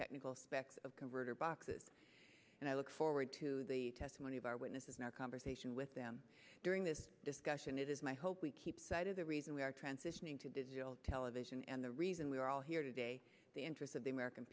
technical specs of converter boxes and i look forward to the testimony of our witnesses my conversation with them during this discussion it is my hope we keep sight of the reason we are transitioning to digital television and the reason we are all here today the interest of the american